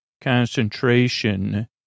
concentration